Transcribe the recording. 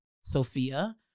Sophia